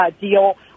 deal